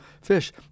fish